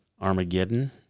Armageddon